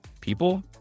people